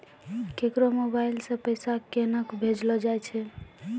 केकरो मोबाइल सऽ पैसा केनक भेजलो जाय छै?